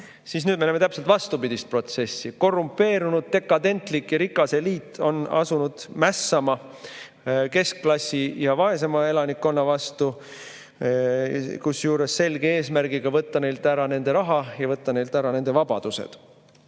siis nüüd me näeme täpselt vastupidist protsessi: korrumpeerunud, dekadentlik ja rikas eliit on asunud mässama keskklassi ja vaesema elanikkonna vastu, kusjuures selge eesmärgiga võtta neilt ära nende raha ja võtta neilt ära nende vabadused.